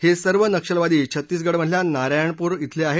हे सर्व नक्षलवादी छत्तीगडमधल्या नारायणपूर धिले आहेत